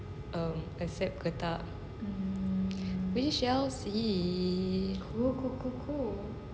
um accept ke tak we shall see